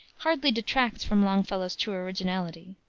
hardly detracts from longfellow's true originality.